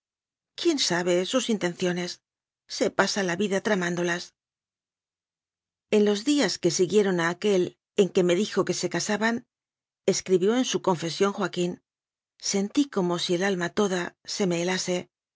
quién sabe sus intenciones se pasa la vida tramándolas en los días que siguieron a aquel en que me dijo que se casabanescribió en su con cesión joaquínsentí como si el alma toda se me helase